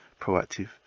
proactive